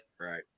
Right